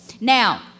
Now